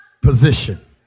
position